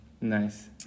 Nice